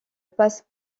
passe